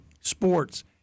sports